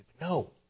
No